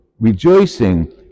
Rejoicing